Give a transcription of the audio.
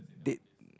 they